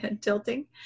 Tilting